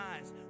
eyes